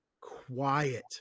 quiet